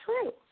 true